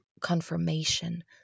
confirmation